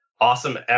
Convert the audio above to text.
awesome